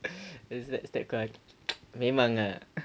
is that is that correct memang ah